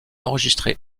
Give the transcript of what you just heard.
enregistrés